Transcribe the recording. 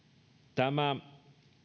tämä